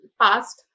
past